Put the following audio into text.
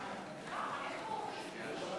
ההצעה